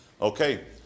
Okay